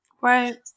Right